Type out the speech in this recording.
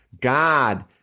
God